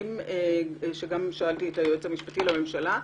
שגם שאלתי את היועץ המשפטי לממשלה.